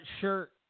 shirt